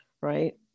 right